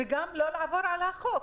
וגם לא לעבור על החוק.